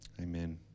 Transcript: amen